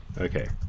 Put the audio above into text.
Okay